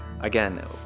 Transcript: again